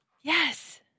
Yes